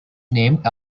named